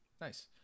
Nice